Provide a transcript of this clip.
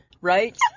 right